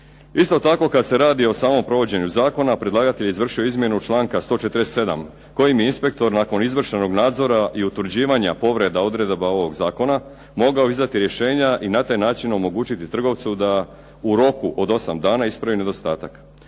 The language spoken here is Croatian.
Isto tako, kad se radi o samom provođenju zakona, predlagatelj je izvršio izmjenu članka 147. kojim bi inspektor nakon izvršenog nadzora i utvrđivanja povreda odredaba ovog zakona mogao izdati rješenja i na taj način omogućiti trgovcu da u roku od 8 dana ispravi nedostatak.